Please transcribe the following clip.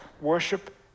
Worship